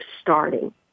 starting